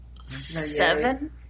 seven